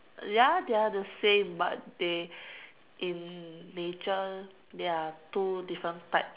ya they are the same but they in nature they're two different types